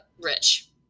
Rich